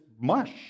mush